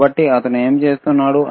కాబట్టి అతను ఏమి చేస్తున్నాడు